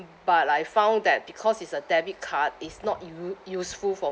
but I found that because is a debit card is not u~ useful for